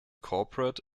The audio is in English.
corporate